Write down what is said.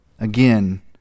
again